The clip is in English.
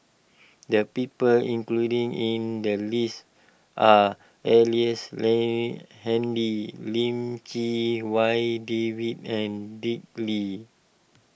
the people including in the list are Ellice Handy Lim Chee Wai David and Dick Lee